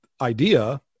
idea